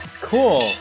Cool